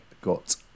got